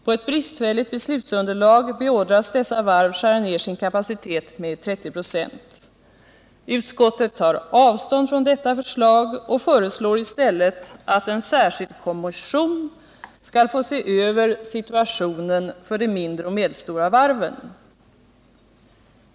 På ett bristfälligt beslutsunderlag beordras dessa varv skära ner sin kapacitet med 30 926. Utskottet tar avstånd från detta förslag och föreslår i stället att en särskild kommission skall få se över situationen för de mindre och medelstora varven.